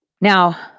now